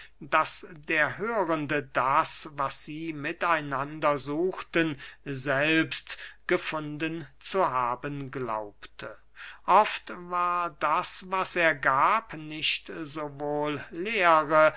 daß der hörende das was sie mit einander suchten selbst gefunden zu haben glaubte oft war das was er gab nicht sowohl lehre